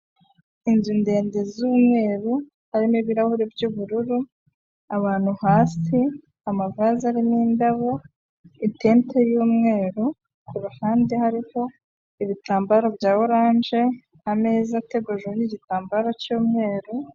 Inzu ndende z'umweru, hari n'ibirahuri by'ubururu, abantu hasi, amavaze arimo indabo, itente y'umweru, ku ruhande hariho ibitambaro bya oranje, ameza ategujweho n'igitambaro cyu'umweru.